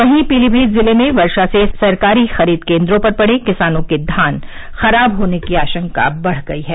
वहीं पीलीभीत जिले में वर्षा से सरकारी ख़रीद केन्द्रों पर पड़े किसानों के धान के ख़राब होने की आशंका बढ़ गई है